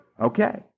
Okay